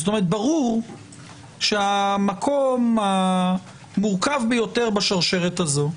זאת אומרת: ברור שהמקום המורכב ביותר בשרשרת הזו הוא